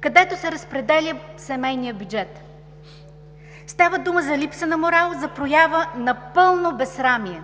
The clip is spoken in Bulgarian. където се разпределя семейният бюджет. Става дума за липса на морал и за проява на пълно безсрамие.